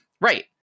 right